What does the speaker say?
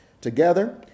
Together